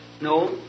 no